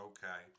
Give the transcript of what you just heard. Okay